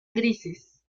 grises